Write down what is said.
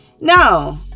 no